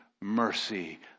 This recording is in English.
mercy